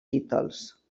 títols